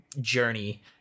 journey